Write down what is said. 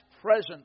present